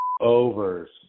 Overs